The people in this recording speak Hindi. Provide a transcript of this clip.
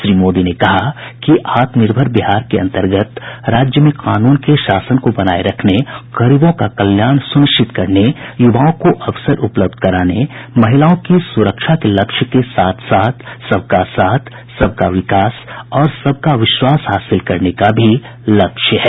श्री मोदी ने कहा कि आत्मनिर्भर बिहार के अन्तर्गत राज्य में कानून के शासन को बनाये रखने गरीबों का कल्याण सुनिश्चित करने यूवाओं को अवसर उपलब्ध कराने महिलाओं की सुरक्षा के लक्ष्य के साथ साथ सबका साथ सबका विकास और सबका विश्वास हासिल करने का भी लक्ष्य है